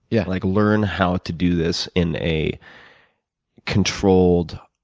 yeah. like learn how to do this in a controlled,